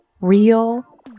real